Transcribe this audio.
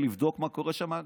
לבדוק מה קורה שם,